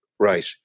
Right